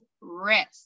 risk